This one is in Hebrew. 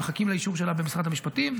מחכים לאישור שלה במשרד המשפטים,